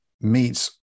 meets